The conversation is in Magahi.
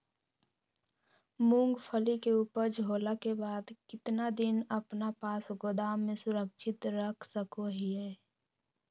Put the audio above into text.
मूंगफली के ऊपज होला के बाद कितना दिन अपना पास गोदाम में सुरक्षित रख सको हीयय?